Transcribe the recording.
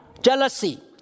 Jealousy